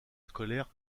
scolaires